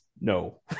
no